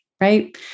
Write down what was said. right